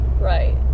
Right